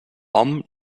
hom